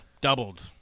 doubled